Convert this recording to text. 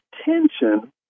attention